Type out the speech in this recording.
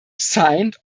signed